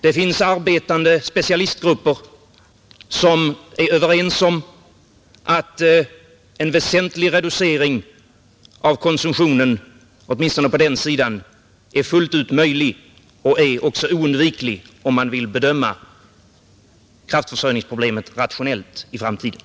Det finns arbetande specialistgrupper som är överens om att en väsentlig reducering av konsumtionen, åtminstone på den sidan, är fullt möjlig och också oundviklig om man vill bedöma kraftförsörjningsproblemet rationellt i framtiden.